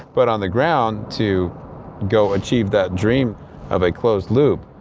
but, on the ground, to go achieve that dream of a closed loop,